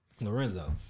Lorenzo